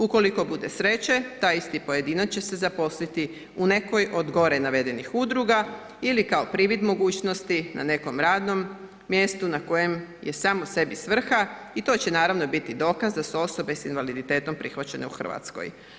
Ukoliko bude sreće, taj isti pojedinac će se zaposliti u nekoj od gore navedenih udruga ili kao privid mogućnosti na nekom radnom mjestu na kojem je samo sebi svrha i to će naravno biti dokaz da su osobe s invaliditetom prihvaćene u RH.